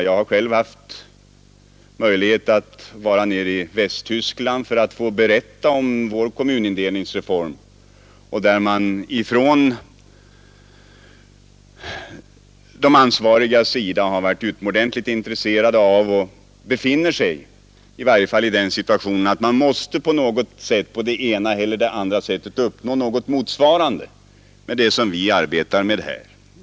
Jag har själv haft möjlighet att nere i Västtyskland berätta om vår kommunindelningsreform. Där har de ansvariga varit utomordentligt intresserade, och de befinner sig i den situationen att de på det ena eller andra sättet måste uppnå något motsvarande det vi arbetar med här.